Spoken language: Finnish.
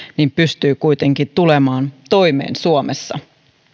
niin pystyy kuitenkin tulemaan toimeen suomessa